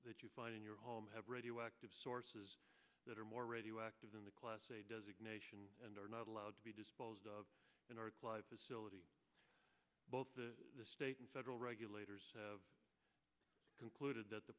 that you find in your home have radioactive sources that are more radioactive in the class a designation and are not allowed to be disposed of in our facility both the state and federal regulators concluded that the